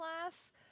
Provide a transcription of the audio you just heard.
class